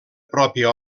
pròpia